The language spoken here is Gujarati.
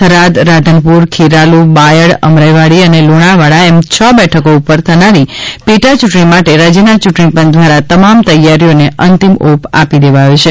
થરાદ રાધનપુર ખેરાલુ બાયડ અમરાઈવાડી અને લુણાવાડા એમ છ બેઠકો ઉપર થનારી પેટા ચૂંટણી માટે રાજ્યના ચૂંટણી પંચ દ્વારા તમામ તૈયારીઓને અંતિમ ઓપ આપી દેવાયો છે